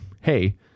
hey